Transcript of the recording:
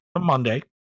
Monday